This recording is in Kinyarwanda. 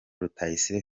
rutayisire